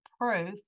proof